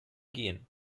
gehen